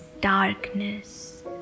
darkness